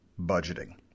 budgeting